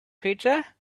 creature